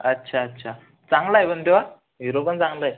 अच्छा अच्छा चांगला आहे पण तो हिरो पण चांगला आहे